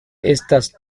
estas